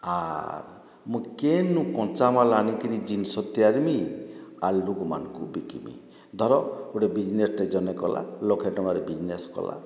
ଆର୍ ମୁଁ କେନୁ କଞ୍ଚାମାଲ୍ ଆନିକିରି ଜିନିଷ ତିଆରିମି ଆରୁ ଲୁକ୍ ମାନଙ୍କୁ ବିକିମି ଧର ଗୁଟେ ବିଜ୍ନେସ୍ଟେ ଜନେ କଲା ଲକ୍ଷେଟଙ୍କାରେ ବିଜ୍ନେସ୍ କଲା